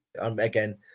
again